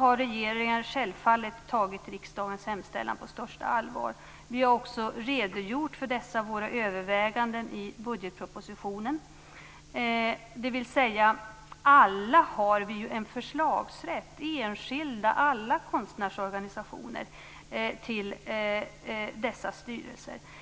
har regeringen självfallet tagit riksdagens hemställan på största allvar. Vi har också redogjort för våra överväganden i budgetpropositionen. Alla har en förslagsrätt till dessa styrelser. Det gäller enskilda, och det gäller alla konstnärsorganisationer.